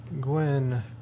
Gwen